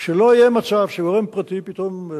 שלא יהיה מצב שגורם פרטי פתאום,